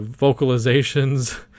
vocalizations